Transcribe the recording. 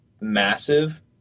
massive